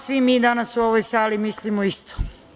Svi mi danas u ovoj sali mislimo isto.